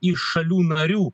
iš šalių narių